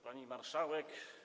Pani Marszałek!